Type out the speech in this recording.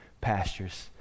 pastures